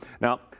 Now